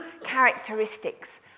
characteristics